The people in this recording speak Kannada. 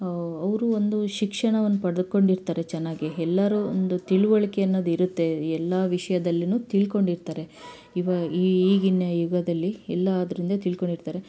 ಅವರು ಒಂದು ಶಿಕ್ಷಣವನ್ನು ಪಡ್ದುಕೊಂಡಿರ್ತಾರೆ ಚೆನ್ನಾಗಿ ಎಲ್ಲರೂ ಒಂದು ತಿಳಿವಳ್ಕೆ ಅನ್ನೋದು ಇರುತ್ತೆ ಎಲ್ಲ ವಿಷ್ಯದಲ್ಲಿ ತಿಳ್ಕೊಂಡಿರ್ತಾರೆ ಇವಾಗ ಈ ಈಗಿನ ಯುಗದಲ್ಲಿ ಎಲ್ಲದ್ರಿಂದ ತಿಳ್ಕೊಂಡಿರ್ತಾರೆ